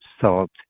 salt